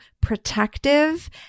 protective